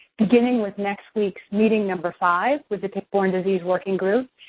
beginning with next week's meeting number five, with the tick-borne disease working group.